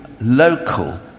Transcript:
local